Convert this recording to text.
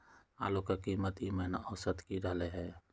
आलू के कीमत ई महिना औसत की रहलई ह?